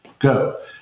go